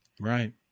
Right